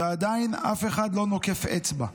ועדיין אף אחד לא נוקף אצבע.